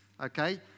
okay